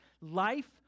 life